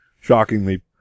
shockingly